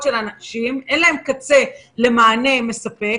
של אנשים לבידוד בלי שיש להם מענה מספק,